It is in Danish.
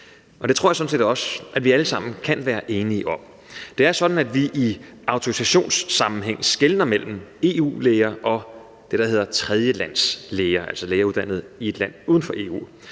Det tror jeg sådan set også at vi alle sammen kan være enige om. Det er sådan, at vi i autorisationssammenhæng skelner mellem EU-læger og det, der hedder tredjelandslæger, altså læger, der er uddannet i et land uden for EU.